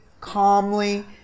calmly